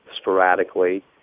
sporadically